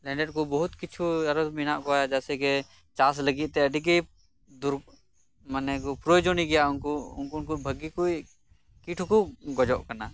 ᱞᱮᱸᱰᱮᱫᱠᱩ ᱵᱚᱦᱩᱛ ᱠᱤᱪᱷᱩ ᱟᱨᱦᱚᱸ ᱢᱮᱱᱟᱜ ᱠᱚᱣᱟ ᱡᱮᱥᱮᱠᱤ ᱪᱟᱥ ᱞᱟᱹᱜᱤᱫ ᱛᱮ ᱟᱹᱰᱤᱜᱤ ᱢᱟᱱᱮ ᱯᱨᱚᱭᱚᱡᱚᱱᱤᱭᱚᱜᱤᱭᱟ ᱩᱱᱠᱩ ᱩᱱᱠᱩ ᱩᱠᱩ ᱵᱷᱟᱜᱤ ᱠᱩᱡ ᱠᱤᱴ ᱦᱩᱠᱩ ᱜᱚᱡᱚᱜ ᱠᱟᱱᱟ